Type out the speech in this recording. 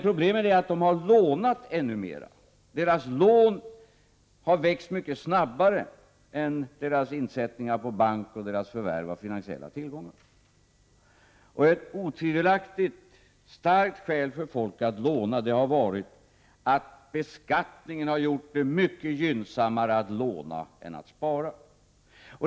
Problemet är att de lånat ännu mer. Deras lån har växt mycket snabbare än deras insättningar på bank och deras förvärv av finansiella tillgångar. Otvivelaktigt har ett starkt skäl för folk att låna varit att beskattningen gjort det mycket gynnsammare att låna än att spara.